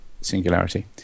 singularity